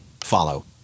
Follow